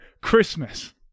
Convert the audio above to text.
Christmas